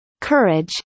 courage